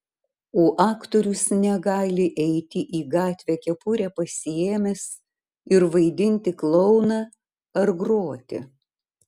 o aktorius negali eiti į gatvę kepurę pasiėmęs ir vaidinti klouną ar groti